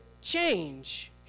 change